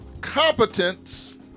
competence